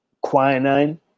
quinine